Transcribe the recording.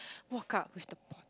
walk up with the board